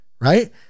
Right